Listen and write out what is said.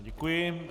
Děkuji.